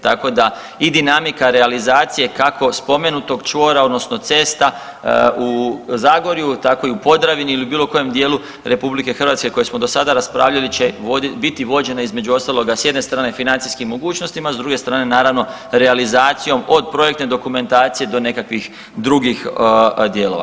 Tako da i dinamika realizacije kako spomenutog čvora odnosno cesta u Zagorju, tako i u Podravini ili bilo kojem dijelu RH koje smo do sada raspravljali će biti vođene između ostaloga s jedne strane financijskim mogućnostima, s druge strane naravno realizacijom od projektne dokumentacije do nekakvih drugih dijelova.